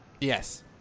yes